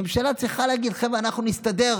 הממשלה צריכה להגיד, חבר'ה, אנחנו נסתדר.